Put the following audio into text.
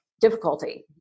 difficulty